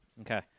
Okay